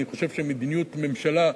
אני חושב שמדיניות ממשלה,